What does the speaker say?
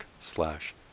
slash